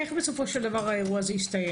איך בסופו של דבר האירוע הזה הסתיים?